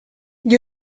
gli